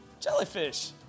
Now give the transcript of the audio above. Jellyfish